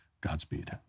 Godspeed